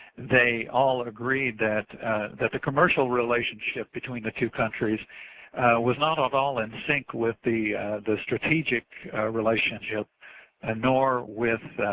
they all agreed that that the commercial relationship between the two countries was not at all in sync with the the strategic relationship and nor with